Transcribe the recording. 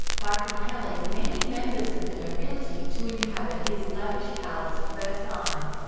by compelling many members of the nobility to inhabit his lavish palace of versailles,